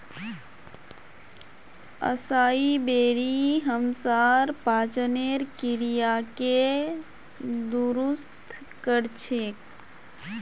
असाई बेरी हमसार पाचनेर क्रियाके दुरुस्त कर छेक